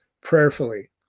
prayerfully